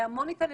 להמון התעללויות,